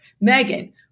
Megan